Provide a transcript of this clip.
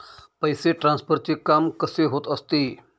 पैसे ट्रान्सफरचे काम कसे होत असते?